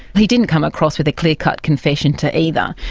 he didn't come across with a clear-cut confession to either.